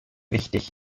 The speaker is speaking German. wichtig